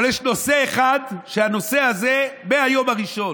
אבל יש נושא אחד, והנושא הזה, מהיום הראשון,